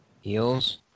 Heels